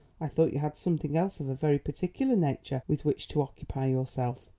i thought you had something else of a very particular nature with which to occupy yourself.